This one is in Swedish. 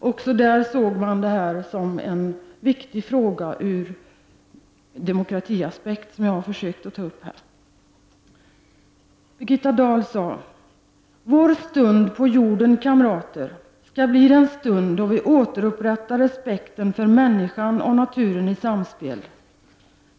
Kongressen såg detta som en viktig fråga ur demokratisynpunkt, något som jag försökt ta upp i detta inlägg. Birgitta Dahl sade: ”Vår stund på jorden, kamrater, skall bli den stund då vi återupprättar respekten för människan och naturen i samspel.